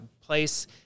place